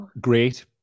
Great